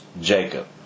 Jacob